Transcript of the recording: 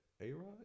A-Rod